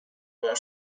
war